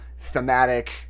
thematic